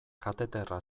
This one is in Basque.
kateterra